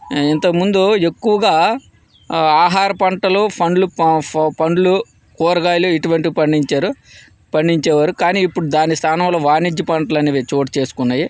ఇంతకుముందు ఎక్కువగా ఆహార పంటలు పండ్లు పండ్లు కూరగాయలు ఇటువంటి పండించారు పండించేవారు కానీ ఇప్పుడు దాని స్థానంలో వాణిజ్య పంటలనేవి చోటుచేసుకున్నాయి